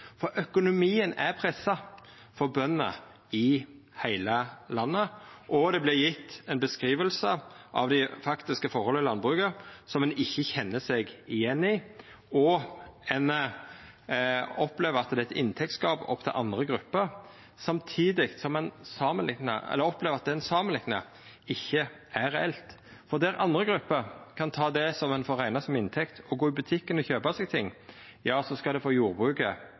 Økonomien er pressa for bøndene i heile landet, og det vert gjeve ei beskriving av dei faktiske forholda i landbruket som ein ikkje kjenner seg igjen i. Ein opplever at det er eit inntektsgap opp til andre grupper samtidig som ein opplever at det ein samanliknar, ikkje er reelt. Der andre grupper kan ta det som ein får rekna som inntekt og gå i butikken og kjøpa seg ting, skal det for jordbruket